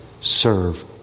serve